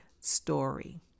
story